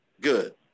Good